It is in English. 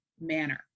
manner